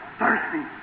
thirsty